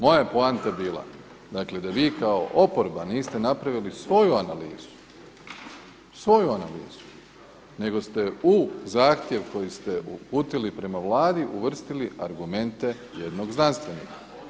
Moja je poanta je bila da vi kao oporba niste napravili svoju analizu, svoju analizu nego ste u zahtjev koji ste uputili prema Vladi uvrstili argumente jednog znanstvenika.